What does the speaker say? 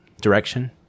direction